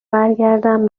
برگردم